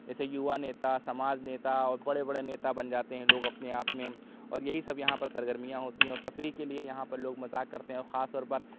جیسے یووا نیتا سماج نیتا اور بڑے بڑے نیتا بن جاتے ہیں لوگ اپنے آپ میں اور یہی سب یہاں پر سرگرمیاں ہوتی ہیں اور تفریح کے لیے یہاں پر لوگ مذاق کرتے ہیں اور خاص طور پر